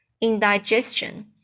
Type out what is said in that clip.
indigestion